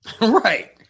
Right